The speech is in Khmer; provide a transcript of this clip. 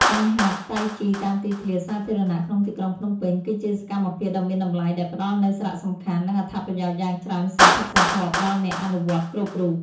ការហាត់តៃជីតាមទីធ្លាសាធារណៈក្នុងទីក្រុងភ្នំពេញ គឺជាសកម្មភាពដ៏មានតម្លៃដែលផ្ដល់នូវសារៈសំខាន់ និងអត្ថប្រយោជន៍យ៉ាងច្រើនសន្ធឹកសន្ធាប់ដល់អ្នកអនុវត្តគ្រប់រូប។